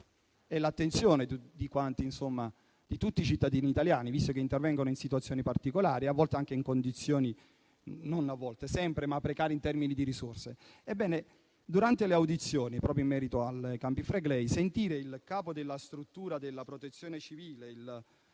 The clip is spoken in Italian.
e l'attenzione di tutti i cittadini italiani, visto che interviene in situazioni particolari e anche in condizioni precarie in termini di risorse, durante le audizioni, proprio in merito ai Campi Flegrei, abbiamo audito il Capo della struttura della Protezione civile,